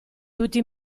tutti